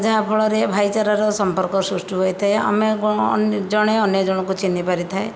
ଯାହା ଫଳରେ ଭାଇଚାରାର ସମ୍ପର୍କ ସୃଷ୍ଟି ହୋଇଥାଏ ଆମେ ଜଣେ ଅନ୍ୟ ଜଣଙ୍କୁ ଚିହ୍ନି ପାରିଥାଏ